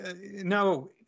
No